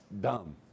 dumb